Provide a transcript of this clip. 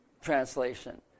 translation